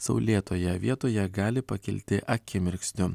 saulėtoje vietoje gali pakilti akimirksniu